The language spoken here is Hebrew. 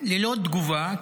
ללא תגובה,